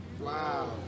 Wow